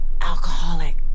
alcoholic